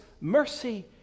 mercy